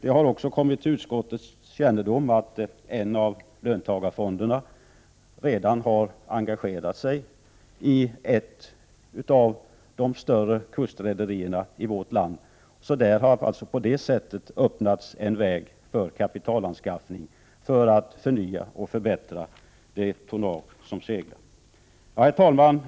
Det har också kommit till utskottets kännedom att en av löntagarfonderna redan har engagerat sig i ett av de större kustrederierna i vårt land, så på det sättet har det öppnats en väg för kapitalanskaffning i syfte att förnya och förbättra det tonnage som seglar. Herr talman!